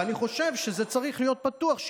ובטח ובטח כנגד העובדים במרכזי התעסוקה האלה.